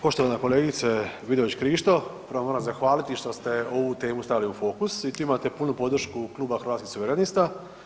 Poštovana kolegice Vidović Krišto prvo moram zahvaliti što ste ovu temu stavili u fokus i tu imate punu podršku klub Hrvatskih suverenista.